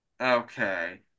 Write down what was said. Okay